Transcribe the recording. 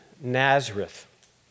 Nazareth